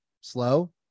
slow